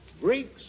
Greeks